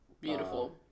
beautiful